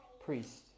priest